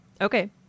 Okay